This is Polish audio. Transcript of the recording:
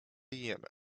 jemy